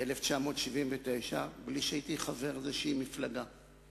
ב-1979 בלי שהייתי חבר מפלגה כלשהי.